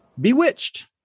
Bewitched